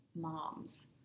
moms